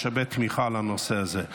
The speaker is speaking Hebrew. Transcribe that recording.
יש הרבה תמיכה לנושא הזה.